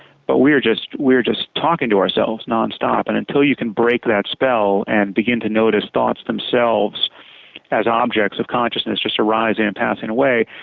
but we're just we're just talking to ourselves non-stop. and until you can break that spell and begin to notice thoughts themselves as objects of consciousness just arising and passing away,